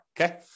Okay